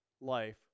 life